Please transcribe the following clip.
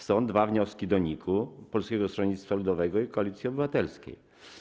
Są dwa wnioski skierowane do NIK: Polskiego Stronnictwa Ludowego i Koalicji Obywatelskiej.